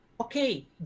okay